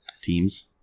Teams